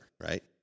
right